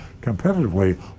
competitively